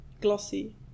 Glossy